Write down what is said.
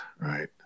right